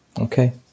Okay